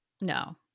No